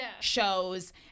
shows